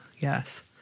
Yes